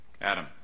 Adam